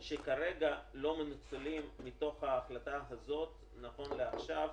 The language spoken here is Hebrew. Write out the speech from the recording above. שכרגע לא מנוצלים מתוך ההחלטה הזאת, נכון לעכשיו